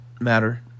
matter